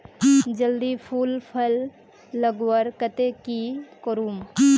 जल्दी फूल फल लगवार केते की करूम?